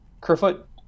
Kerfoot